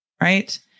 Right